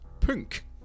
Punk